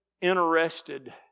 interested